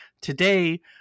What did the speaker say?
Today